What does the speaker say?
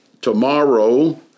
Tomorrow